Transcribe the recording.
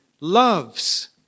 Loves